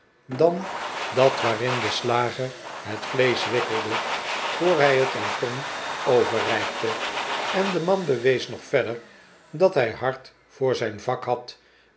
dan dat waarin de slager het vleesch wikkelde voor hij het aan tom overreikte en de man bewees nog verder dat hij hart voor zijn vak had